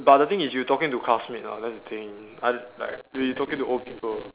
but the thing is you talking to classmate [what] that's the thing I like we talking to old people